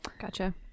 Gotcha